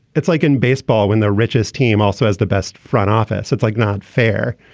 it's like in baseball, when the richest team also has the best front office, it's like not fair.